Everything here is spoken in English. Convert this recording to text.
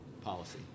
policy